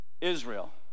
Israel